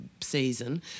season